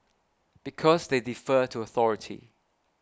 because they defer to a authority